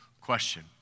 question